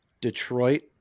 Detroit